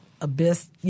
abyss